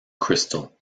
crystal